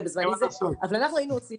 היינו עושים